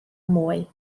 mwy